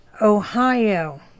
Ohio